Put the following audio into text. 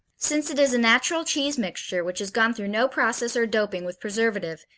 since it is a natural cheese mixture, which has gone through no process or doping with preservative,